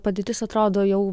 padėtis atrodo jau